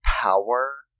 power